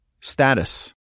status